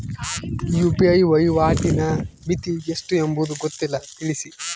UPI ವಹಿವಾಟಿನ ಮಿತಿ ಎಷ್ಟು ಎಂಬುದು ಗೊತ್ತಿಲ್ಲ? ತಿಳಿಸಿ?